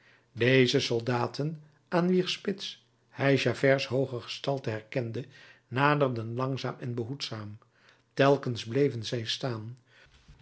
deze soldaten aan wier spits hij javerts hooge gestalte herkende naderden langzaam en behoedzaam telkens bleven zij staan